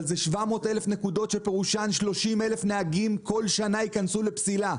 אבל זה 700,000 נקודות שפירושן ש-30,000 נהגים כל שנה ייכנסו לפסילה.